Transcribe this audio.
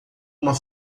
uma